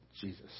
Jesus